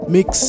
Mix